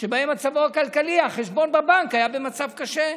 שבהם מצבו הכלכלי, החשבון בבנק היה במצב קשה.